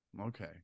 Okay